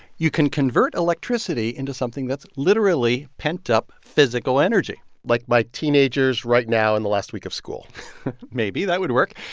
you can convert electricity into something that's literally pent up physical energy like my teenagers right now in the last week of school maybe that would work.